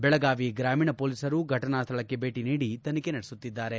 ಚೆಳಗಾವಿ ಗ್ರಾಮೀಣ ಪೋಲಿಸರು ಫಟನಾ ಸ್ವಳಕ್ಕೆ ಭೇಟಿ ನೀಡಿ ತನಿಖೆ ನಡೆಸುತ್ತಿದ್ದಾರೆ